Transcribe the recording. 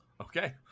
okay